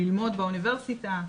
ללמוד באוניברסיטה,